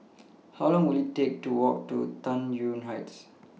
How Long Will IT Take to Walk to Tai Yuan Heights